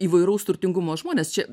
įvairaus turtingumo žmonės čia